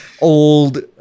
old